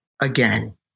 again